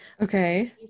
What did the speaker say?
Okay